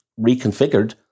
reconfigured